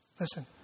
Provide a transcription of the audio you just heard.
Listen